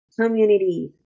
community